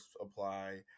apply